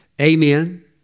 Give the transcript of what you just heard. Amen